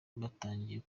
batangiye